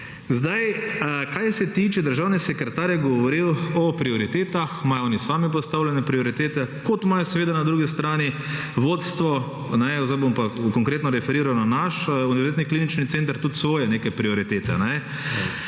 Zdaj, kar se tiče, državni sekretar je govoril o prioritetah, imajo oni sami postavljene prioritete, kot imajo seveda na drugi strani, vodstvo, zdaj bom pa konkretno referiral na naš univerzitetni klinični center, tudi svoje neke prioritete.